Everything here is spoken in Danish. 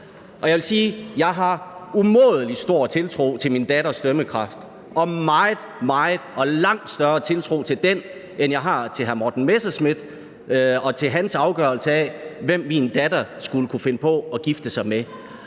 jeg har umådelig stor tiltro til min datters dømmekraft – meget, meget stor tiltro til den – og langt større, end jeg har til hr. Morten Messerschmidt og til hans afgørelse af, hvem min datter skulle kunne finde på at gifte sig med.